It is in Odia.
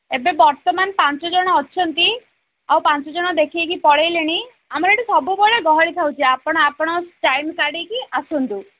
ଏବେ ବର୍ତ୍ତମାନ ପାଞ୍ଚଜଣ ଅଛନ୍ତି ଆଉ ପାଞ୍ଚଜଣ ଦେଖାଇକି ପଳାଇଲେଣି ଆମର ଏଇଠି ସବୁବେଳେ ଗହଳି ଥାଉଛି ଆପଣ ଆପଣଙ୍କ ଟାଇମ୍ କାଢ଼ିକି ଆସନ୍ତୁ